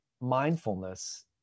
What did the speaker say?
mindfulness